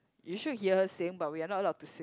you should hear sing but we are not allowed to sing